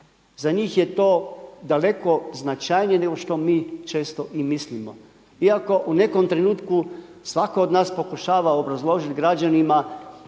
za njih je to daleko značajnije nego što mi često i mislimo. Iako u nekom trenutku svako od nas pokušava obrazložiti građanima